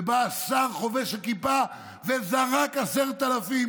ובא שר חובש כיפה וזרק 10,000